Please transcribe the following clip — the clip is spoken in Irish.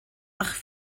ach